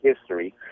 history